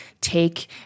take